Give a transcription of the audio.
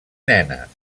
nenes